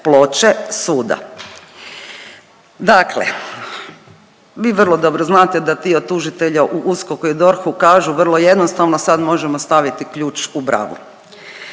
ploče suda. Dakle, vi vrlo dobro znate da dio tužitelja u USKOK-u i DORH-u kažu vrlo jednostavno, sad možemo staviti ključu u bravu.